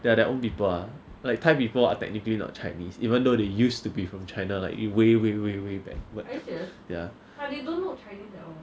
they're are their own people ah like thai people are technically not chinese even though they used to be from china like way way way way back but ya